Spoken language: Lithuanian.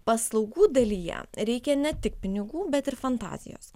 paslaugų dalyje reikia ne tik pinigų bet ir fantazijos